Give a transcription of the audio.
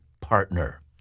partner